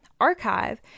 archive